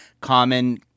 common